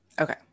Okay